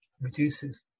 reduces